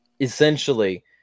essentially